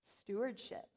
stewardship